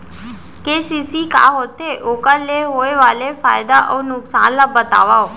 KCC का होथे, ओखर ले होय वाले फायदा अऊ नुकसान ला बतावव?